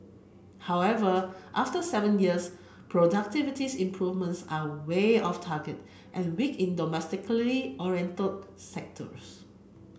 however after seven years productivity's improvements are way of target and weak in domestically oriented sectors